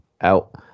out